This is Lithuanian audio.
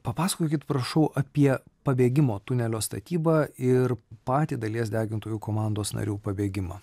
papasakokit prašau apie pabėgimo tunelio statybą ir patį dalies degintojų komandos narių pabėgimą